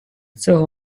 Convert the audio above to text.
цього